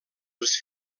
els